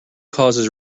causes